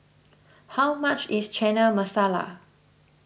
how much is Chana Masala